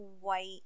white